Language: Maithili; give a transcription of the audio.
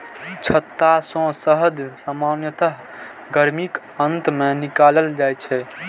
छत्ता सं शहद सामान्यतः गर्मीक अंत मे निकालल जाइ छै